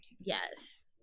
Yes